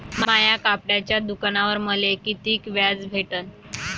माया कपड्याच्या दुकानावर मले कितीक व्याज भेटन?